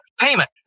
payment